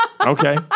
Okay